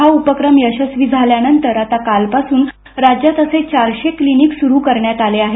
हा उपक्रम यशस्वी झाल्यानंतर आता कालपासून राज्यात असे चारशे क्लिनिक सुरू झाले आहेत